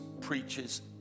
preaches